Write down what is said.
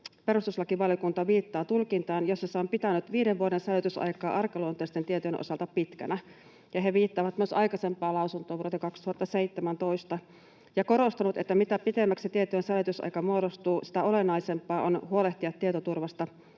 perustuslakivaliokunta viittaa tulkintaan, jossa se on pitänyt viiden vuoden säilytysaikaa arkaluonteisten tietojen osalta pitkänä. He viittaavat myös aikaisempaan lausuntoon vuodelta 2017 ja korostavat, että mitä pitemmäksi tietojen säilytysaika muodostuu, sitä olennaisempaa on huolehtia tietoturvasta,